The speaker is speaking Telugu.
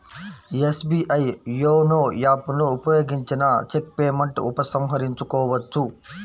ఎస్బీఐ యోనో యాప్ ను ఉపయోగించిన చెక్ పేమెంట్ ఉపసంహరించుకోవచ్చు